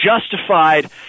justified